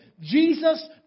Jesus